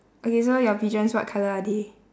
okay so your pigeons what colour are they